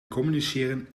communiceren